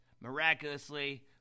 miraculously